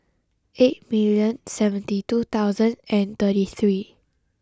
eight million seventy two thousand and thirty three